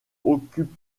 occupe